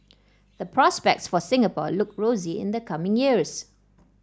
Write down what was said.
the prospects for Singapore look rosy in the coming years